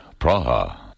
Praha